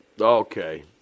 Okay